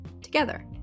together